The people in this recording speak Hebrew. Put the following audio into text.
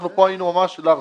אנחנו פה היינו ממש לארג'ים,